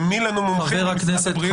ומי לנו מומחה בכנסת אם לא משרד הבריאות.